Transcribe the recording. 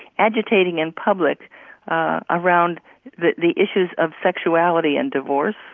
agitating in public around the the issues of sexuality and divorce.